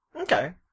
Okay